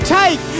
take